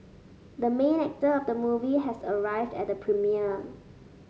the main actor of the movie has arrived at the premiere